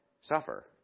suffer